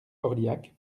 orliac